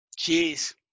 Jeez